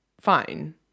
fine